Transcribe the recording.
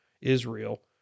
Israel